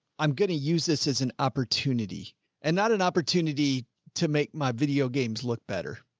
i'm going to use this as an opportunity and not an opportunity to make my video games look better,